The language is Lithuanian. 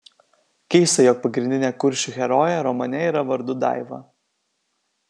keista jog pagrindinė kuršių herojė romane yra vardu daiva